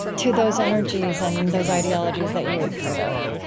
to those energies and those ideologies that you were a part of.